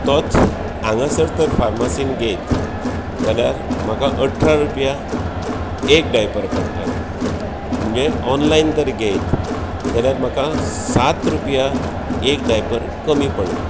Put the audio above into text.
तोच हांगासर तर फर्मासीन घेयत जाल्यार म्हाका अठरा रुपया एक डायपर पडटालो म्हणजे ऑनलाइन तर घेयत जाल्यार म्हाका सात रुपया एक डायपर कमी पडलो